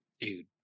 Dude